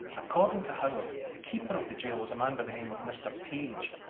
according to howard, the keeper of the jail was a man by the name of mr page.